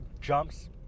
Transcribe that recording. jumps